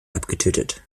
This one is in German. abgetötet